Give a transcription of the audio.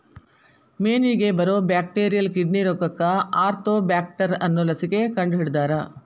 ಮೇನಿಗೆ ಬರು bacterial kidney ರೋಗಕ್ಕ ಆರ್ತೋಬ್ಯಾಕ್ಟರ್ ಅನ್ನು ಲಸಿಕೆ ಕಂಡಹಿಡದಾರ